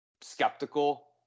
skeptical